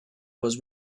was